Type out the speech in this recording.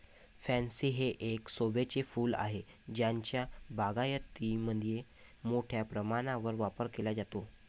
pansy हे एक शोभेचे फूल आहे ज्याचा बागायतीमध्ये मोठ्या प्रमाणावर वापर केला जातो